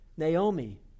Naomi